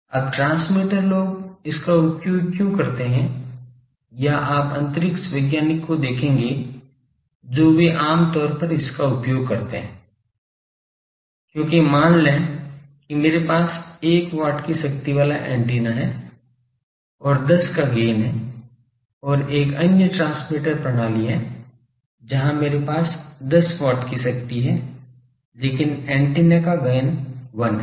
अब ट्रांसमीटर लोग इसका उपयोग क्यों करते हैं या आप अंतरिक्ष वैज्ञानिक को देखेंगे जो वे आम तौर पर इसका उपयोग करते हैं क्योंकि मान लें कि मेरे पास 1 वाट की शक्ति वाला एंटीना है और 10 का गैन है और एक अन्य ट्रांसमीटर प्रणाली है जहां मेरे पास 10 वाट की शक्ति है लेकिन एंटीना का गैन 1 है